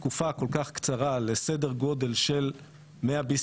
תקופה כל כך קצרה לסדר גודל של BCM100